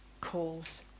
calls